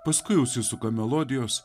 paskui užsisuka melodijos